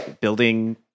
building